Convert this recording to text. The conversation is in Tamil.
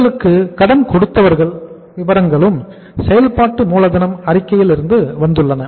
உங்களுக்கு கடன் கொடுத்தவர்கள் விபரங்களும் செயல்பாட்டு மூலதனம் அறிக்கையிலிருந்து வந்துள்ளன